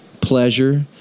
pleasure